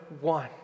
one